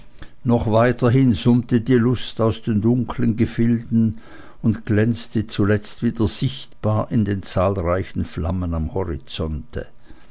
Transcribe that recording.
noch weiterhin summte die lust aus den dunklen gefilden und glänzte zuletzt wieder sichtbar in den zahlreichen flammen am horizonte